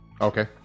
Okay